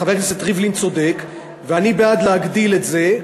חבר הכנסת ריבלין צודק, ואני בעד להגדיל את זה.